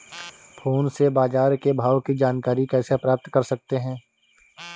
Phone से बाजार के भाव की जानकारी कैसे प्राप्त कर सकते हैं?